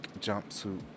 jumpsuit